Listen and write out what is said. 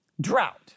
Drought